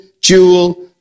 jewel